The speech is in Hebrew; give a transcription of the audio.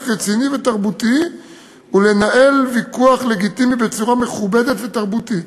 רציני ותרבותי ולנהל ויכוח לגיטימי בצורה מכובדת ותרבותית,